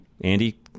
Andy